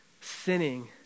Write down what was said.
sinning